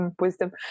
wisdom